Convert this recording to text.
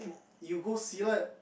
you go Silat